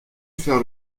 faire